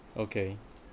okay